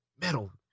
metal